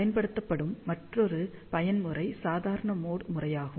பயன்படுத்தப்படும் மற்றொரு பயன்முறை சாதாரண மோட் முறையாகும்